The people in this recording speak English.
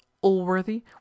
Allworthy